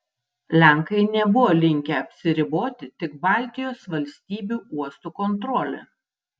lenkai nebuvo linkę apsiriboti tik baltijos valstybių uostų kontrole